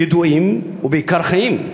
ידועים, ובעיקר חיים.